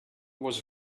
was